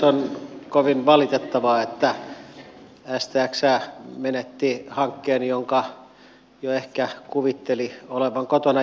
on kovin valitettavaa että stx menetti hankkeen jonka jo ehkä kuvitteli olevan kotona